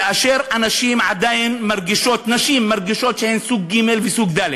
כאשר נשים עדיין מרגישות שהן סוג ג' וסוג ד'?